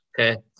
Okay